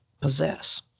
possess